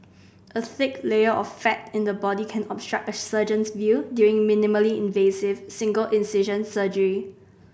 a thick layer of fat in the body can obstruct a surgeon's view during minimally invasive single incision surgery